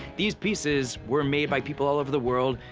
these pieces were made by people all over the world,